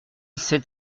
sept